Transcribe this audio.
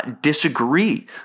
disagree